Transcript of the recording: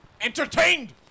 entertained